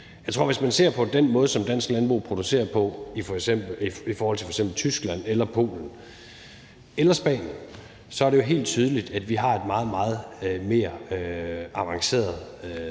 understøtte. Hvis man ser på den måde, dansk landbrug producerer på i forhold til f.eks. Tyskland eller Polen eller Spanien, så er det jo helt tydeligt, at vi har et meget, meget mere avanceret